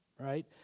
right